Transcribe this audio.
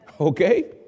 Okay